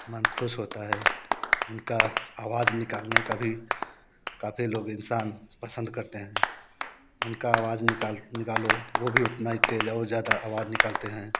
मन खुश होता है उनका आवाज़ निकालने का भी काफ़ी लोग इंसान पसंद करते हैं उनका आवाज़ निकाल निकालो वो भी उतना ही तेज़ और ज़्यादा आवाज़ निकालते हैं